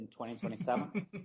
2027